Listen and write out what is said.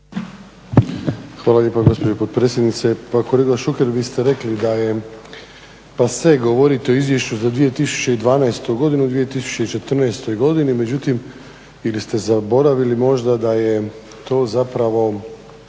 Hvala lijepo gospođo potpredsjednice. Pa kolega Šuker vi ste rekli da je pase govoriti o izvješću za 2012.godinu u 2014.godini međutim ili ste zaboravili možda da je to zapravo